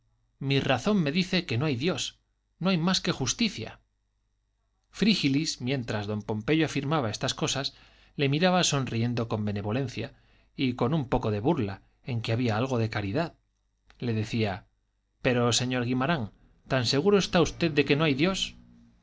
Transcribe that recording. mi razón me dice que no hay dios no hay más que justicia frígilis mientras don pompeyo afirmaba estas cosas le miraba sonriendo con benevolencia y con un poco de burla en que había algo de caridad le decía pero señor guimarán tan seguro está usted de que no hay dios sí